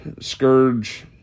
scourge